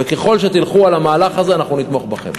וככל שתלכו למהלך הזה, אנחנו נתמוך בכם.